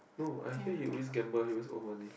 no I hear he always gamble he always owe money